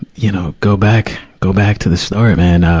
you know, go back, go back to the start, man.